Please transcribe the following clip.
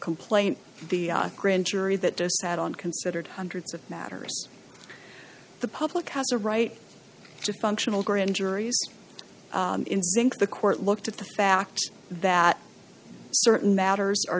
complaint the grand jury that to sat on considered hundreds of matters the public has a right to functional grand juries in sync the court looked at the fact that certain matters